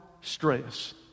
stress